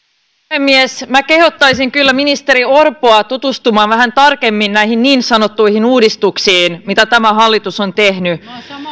puhemies minä kehottaisin kyllä ministeri orpoa tutustumaan vähän tarkemmin näihin niin sanottuihin uudistuksiin mitä tämä hallitus on tehnyt